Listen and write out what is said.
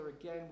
again